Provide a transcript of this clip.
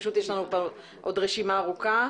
תודה, גבירתי.